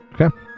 Okay